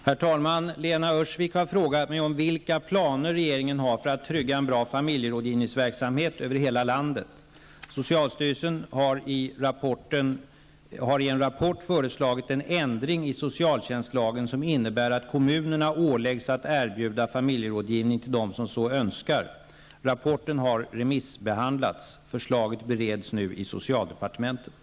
Herr talman! Lena Öhrsvik har frågat mig om vilka planer regeringen har för att trygga en bra familjerådgivningsverksamhet över hela landet. Rapporten har remissbehandlats. Förslaget bereds nu i socialdepartementet.